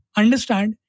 understand